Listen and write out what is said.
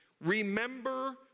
Remember